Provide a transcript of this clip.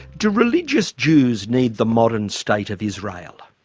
do religious jews need the modern state of israel?